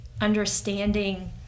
understanding